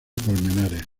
colmenares